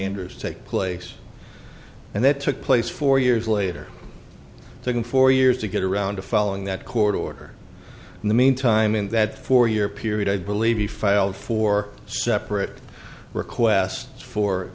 enters take place and that took place four years later took him four years to get around to following that court order in the meantime in that four year period i believe he filed four separate requests for